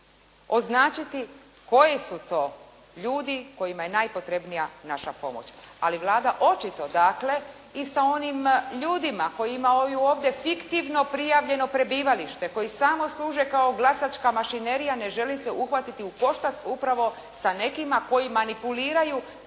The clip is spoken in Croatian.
označiti koji su to ljudi kojima je najpotrebnija naša pomoć? Ali Vlada očito dakle i sa onim ljudima koji imaju ovdje fiktivno prijavljeno prebivalište, koji samo služe kao glasačka mašinerija ne žele se uhvatiti u koštac upravo sa nekima koji manipuliraju takvim prebivalištem